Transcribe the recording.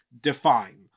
define